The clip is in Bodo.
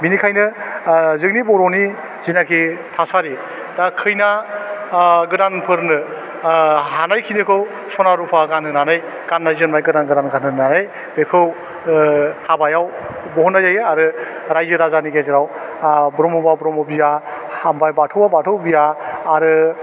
बिनिखायनो ओह जोंनि बर'नि जिनाखि थासारि बा खैना आह गोदानफोरनो आह हानाय खिनिखौ सना रुफा गानहोनानै गान्नाय जोमनाय गोदान गोदान गानहोनानै बेखौ ओह हाबायाव बहन्नाय जायो आरो रायजो राजानि गेजेराव आह ब्रह्मबा ब्रह्म बिया हामबाइ बाथौ बा बाथौ बिया आरो